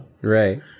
right